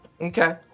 Okay